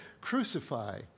crucify